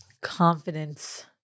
confidence